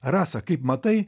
rasa kaip matai